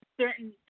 certain